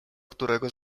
którego